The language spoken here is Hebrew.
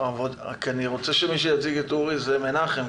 אני רוצה שמי שיציג את אורי זה מנחם,